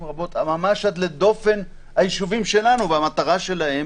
רבות עד לדופן הישובים שלנו והמטרה שלהם